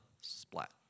splat